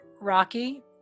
Rocky